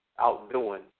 outdoing